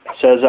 says